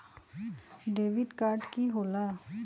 Debit card की होला?